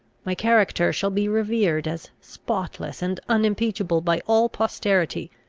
my character shall be revered as spotless and unimpeachable by all posterity,